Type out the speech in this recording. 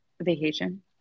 vacation